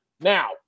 Now